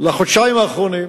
לחודשיים האחרונים.